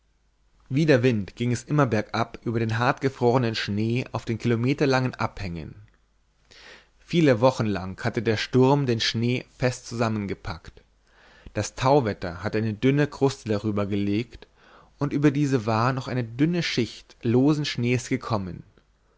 wie der wind ging es immer bergab über den hartgefrorenen schnee auf den kilometerlangen abhängen viele wochen lang hatte der sturm den schnee fest zusammengepackt das tauwetter hatte eine dünne kruste darübergelegt und über diese war noch eine dünne schicht losen schnees gekommen